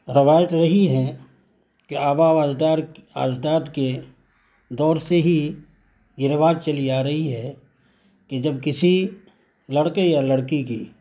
روایت رہی ہے کہ آباء و اجدار اجداد کے دور سے ہی یہ رواج چلی آ رہی ہے کہ جب کسی لڑکے یا لڑکی کی